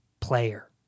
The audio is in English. player